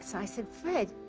so i said, fred,